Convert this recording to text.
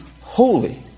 holy